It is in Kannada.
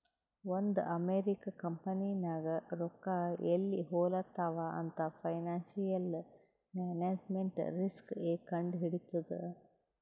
ಒಂದ್ ಅಮೆರಿಕಾ ಕಂಪನಿನಾಗ್ ರೊಕ್ಕಾ ಎಲ್ಲಿ ಹೊಲಾತ್ತಾವ್ ಅಂತ್ ಫೈನಾನ್ಸಿಯಲ್ ಮ್ಯಾನೇಜ್ಮೆಂಟ್ ರಿಸ್ಕ್ ಎ ಕಂಡ್ ಹಿಡಿತ್ತು